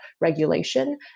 regulation